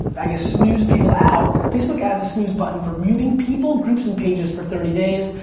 i guess, snooze people out. facebook adds a snooze but and for muting people, groups, and pages for thirty days.